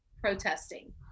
protesting